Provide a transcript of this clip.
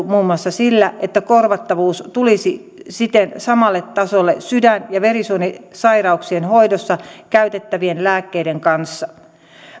muun muassa sillä että korvattavuus tulisi siten samalle tasolle sydän ja verisuonisairauksien hoidossa käytettävien lääkkeiden kanssa